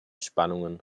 spannungen